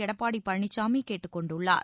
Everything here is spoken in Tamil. எடப்பாடி பழனிசாமி கேட்டுக் கொண்டுள்ளார்